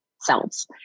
selves